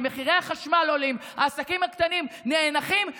היום, תראו את הצביעות שלה.